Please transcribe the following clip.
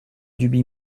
duby